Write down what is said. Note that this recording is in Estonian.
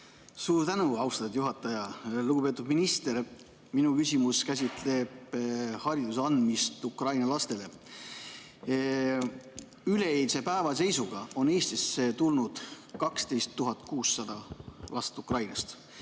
Suur tänu, austatud juhataja! Lugupeetud minister! Minu küsimus käsitleb hariduse andmist Ukraina lastele. Üleeilse päeva seisuga on Eestisse tulnud 12 600 last Ukrainast.